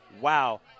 wow